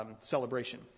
celebration